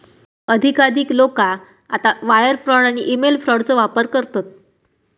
अधिकाधिक लोका आता वायर फ्रॉड आणि ईमेल फ्रॉडचो वापर करतत